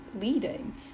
leading